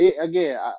again